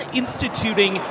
instituting